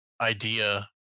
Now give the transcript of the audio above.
idea